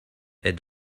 est